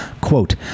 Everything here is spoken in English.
Quote